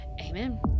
Amen